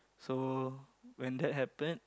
so when that happen